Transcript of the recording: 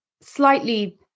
slightly